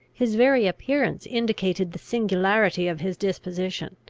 his very appearance indicated the singularity of his disposition.